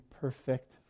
perfect